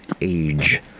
age